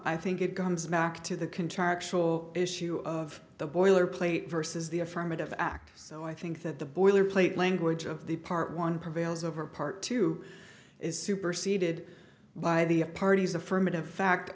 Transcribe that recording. i think it comes back to the contractual issue of the boilerplate versus the affirmative act so i think that the boilerplate language of the part one prevails over part two is superceded by the parties affirmative fact